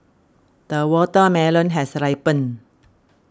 the watermelon has ripened